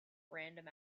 random